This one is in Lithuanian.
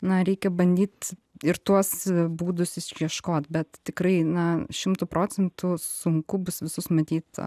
na reikia bandyt ir tuos būdus išieškot bet tikrai na šimtu procentų sunku bus visus matyt